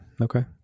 Okay